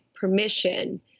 permission